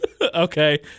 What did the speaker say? Okay